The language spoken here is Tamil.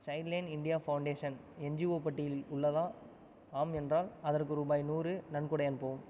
child line India foundation NGO பட்டியலில் உள்ளதா ஆம் என்றால் அதற்கு ரூபாய் நூறு நன்கொடை அனுப்பவும்